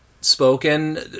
spoken